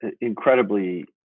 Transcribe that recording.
incredibly